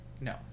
No